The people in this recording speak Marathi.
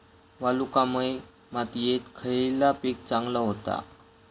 वालुकामय मातयेत खयला पीक चांगला होता?